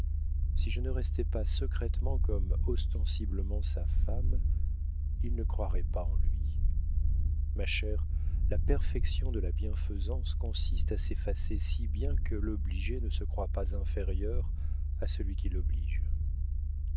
si je ne restais pas secrètement comme ostensiblement sa femme il ne croirait pas en lui ma chère la perfection de la bienfaisance consiste à s'effacer si bien que l'obligé ne se croie pas inférieur à celui qui l'oblige